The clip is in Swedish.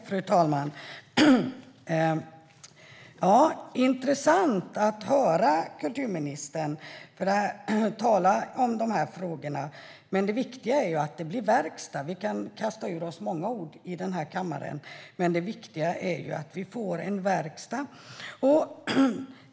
Fru talman! Det är intressant att höra kulturministern tala om dessa frågor, men det viktiga är att det blir verkstad. Vi kan kasta ur oss många ord i denna kammare, men det viktiga är att vi får en verkstad.